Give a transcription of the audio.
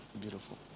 beautiful